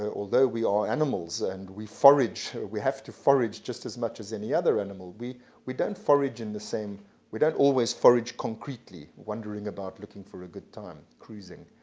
ah although we are animals and we forage we have to forage just as much as any other animal we we don't forage in the same we don't always forage concretely, wondering about looking for a good time, cruising.